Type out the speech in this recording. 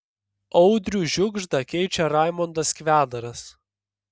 audrių žiugždą keičia raimondas kvedaras